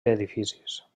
edificis